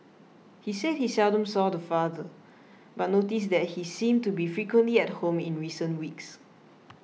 he said he seldom saw the father but noticed that he seemed to be frequently at home in recent weeks